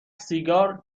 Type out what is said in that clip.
سیگار